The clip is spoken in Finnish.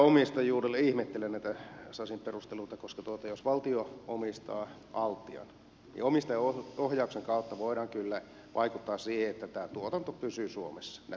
ihmettelen näitä sasin perusteluita koska jos valtio omistaa altian niin omistajaohjauksen kautta voidaan kyllä vaikuttaa siihen että tuotanto pysyy suomessa työpaikat pysyvät suomessa